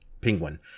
Penguin